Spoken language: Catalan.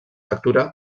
factura